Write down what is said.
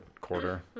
quarter